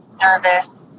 nervous